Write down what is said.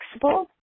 flexible